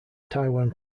taiwan